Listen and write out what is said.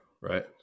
Right